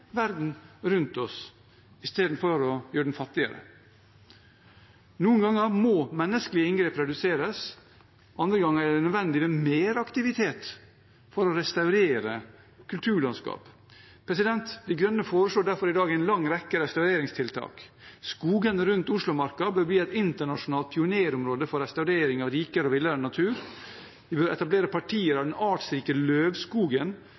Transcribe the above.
verden rundt oss i stedet for å gjøre den fattigere. Noen ganger må menneskelige inngrep reduseres, andre ganger er det nødvendig med mer aktivitet for å restaurere kulturlandskap. Miljøpartiet De Grønne foreslår derfor i dag en lang rekke restaureringstiltak. Skogene rundt Oslomarka bør bli et internasjonalt pionerområde for restaurering av rikere og villere natur. Vi bør etablere partier av den artsrike løvskogen